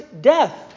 death